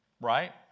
Right